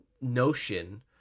notion